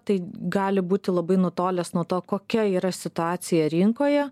tai gali būti labai nutolęs nuo to kokia yra situacija rinkoje